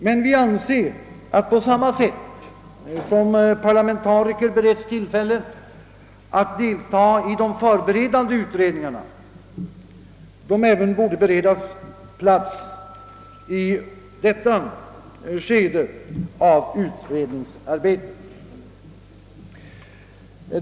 Men vi anser att plats även borde beredas parlamentarikerna att medverka i detta skede av utredningsarbetet, på samma sätt som de beretts tillfälle att delta i de förberedande utredningarna.